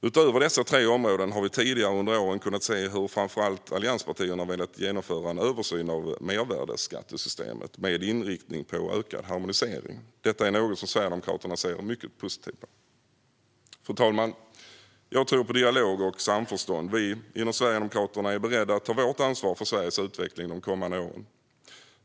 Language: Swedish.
Utöver dessa tre områden har vi tidigare under åren kunnat se att framför allt allianspartierna har velat genomföra en översyn av mervärdesskattesystemet med inriktning på ökad harmonisering. Det är något som Sverigedemokraterna ser mycket positivt på. Fru talman! Jag tror på dialog och samförstånd. Vi inom Sverigedemokraterna är beredda att ta vårt ansvar för Sveriges utveckling de kommande åren.